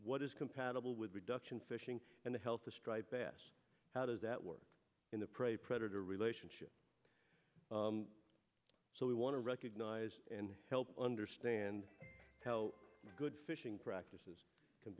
what is compatible with production fishing and the health of striped bass how does that work in the prey predator relationship so we want to recognise and help understand how good fishing practices can